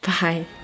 Bye